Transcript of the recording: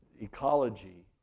ecology